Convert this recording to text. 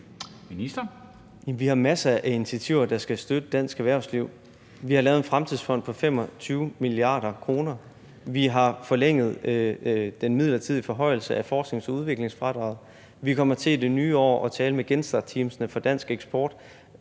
vi har masser af initiativer, der skal støtte dansk erhvervsliv. Vi har lavet en fremtidsfond på 25 mia. kr.. Vi har forlænget den midlertidige forhøjelse af forsknings- og udviklingsfradraget. Vi kommer i det nye år til at tale med genstartteamene for dansk eksport